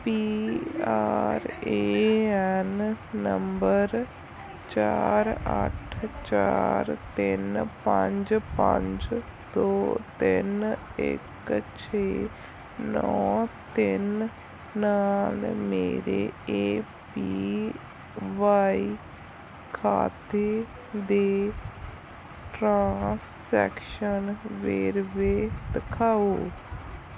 P R A N number ਚਾਰ ਅੱਠ ਚਾਰ ਤਿੰਨ ਪੰਜ ਪੰਜ ਦੋ ਤਿੰਨ ਇੱਕ ਛੇ ਨੌਂ ਤਿੰਨ ਨਾਲ ਮੇਰੇ ਏ ਪੀ ਵਾਈ ਖਾਤੇ ਦੇ ਟ੍ਰਾਂਸੈਕਸ਼ਨ ਵੇਰਵੇ ਦਿਖਾਓ